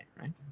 right